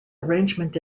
arrangement